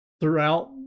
throughout